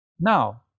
now